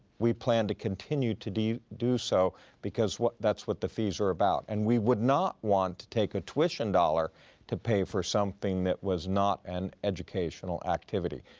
we plan to continue to do do so because that's what the fees are about. and we would not want to take a tuition dollar to pay for something that was not an educational activity.